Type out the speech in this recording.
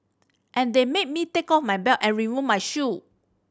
and they made me take off my belt and remove my shoe